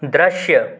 दृश्य